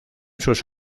sus